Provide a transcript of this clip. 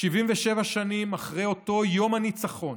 77 שנים אחרי אותו יום הניצחון,